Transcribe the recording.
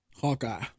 Hawkeye